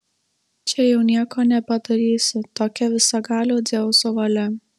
čia jau nieko nepadarysi tokia visagalio dzeuso valia